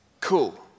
cool